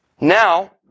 Now